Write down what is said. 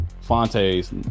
fonte's